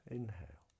Inhale